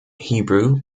hebrew